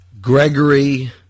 Gregory